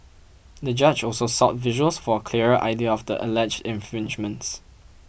the judge also sought visuals for a clearer idea of the alleged infringements